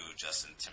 Justin